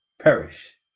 perish